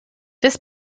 this